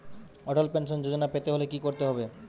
অটল pension Yojana পেতে হলে কি করতে হবে?